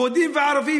יהודים וערבים